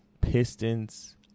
Pistons